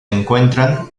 encuentran